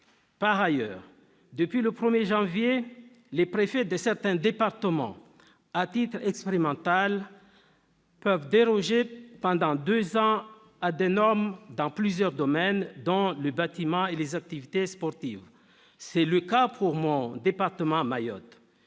Par ailleurs, depuis le 1 janvier, les préfets de certains départements peuvent, à titre expérimental, déroger pendant deux ans à des normes dans plusieurs domaines, dont le bâtiment et les activités sportives. C'est le cas pour mon département, Mayotte.